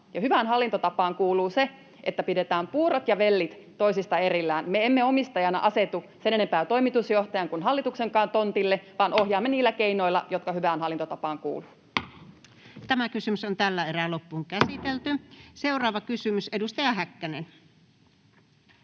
hyvään hallintotapaan kuuluu se, että pidetään puurot ja vellit toisistaan erillään. Me emme omistajana asetu sen enempää toimitusjohtajan kuin hallituksenkaan tontille vaan ohjaamme niillä keinoilla, jotka hyvään hallintotapaan kuuluvat. Seuraava kysymys, edustaja Häkkänen.